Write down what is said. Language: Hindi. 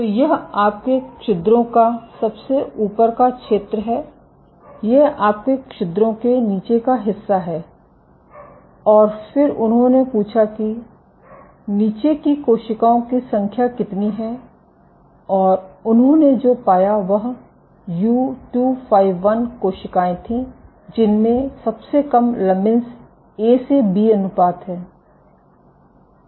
तो यह आपके छिद्रों का सबसे ऊपर का क्षेत्र है यह आपके छिद्रों के नीचे का हिस्सा है और फिर उन्होंने पूछा कि नीचे की कोशिकाओं की संख्या कितनी है और उन्होंने जो पाया वह U251 कोशिकाएं थीं जिनमें सबसे कम लमीन्स ए से बी अनुपात है